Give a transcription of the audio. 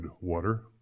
water